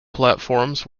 platforms